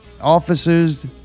officers